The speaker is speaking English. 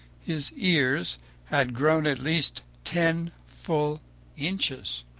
his ears had grown at least ten full inches!